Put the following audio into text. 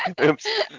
oops